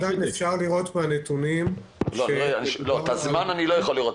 אפשר לראות בנתונים --- את הזמן אני לא יכול לראות,